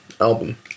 album